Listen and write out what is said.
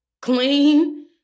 clean